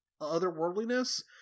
otherworldliness